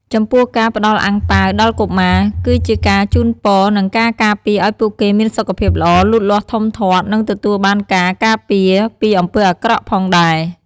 ចំពោះការផ្ដល់អាំងប៉ាវដល់កុមារ គឺជាការជូនពរជ័យនិងការការពារឱ្យពួកគេមានសុខភាពល្អ លូតលាស់ធំធាត់ និងទទួលបានការការពារពីអំពើអាក្រក់ផងដែរ។